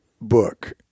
book